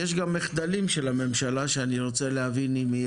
יש גם מחדלים של הממשלה שאני רוצה להבין אם היא